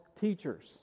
teachers